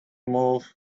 move